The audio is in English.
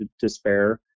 despair